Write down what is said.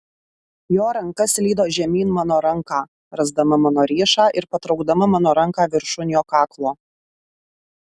jo ranka slydo žemyn mano ranką rasdama mano riešą ir patraukdama mano ranką viršun jo kaklo